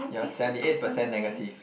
you are seventy eight percent negative